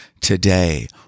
today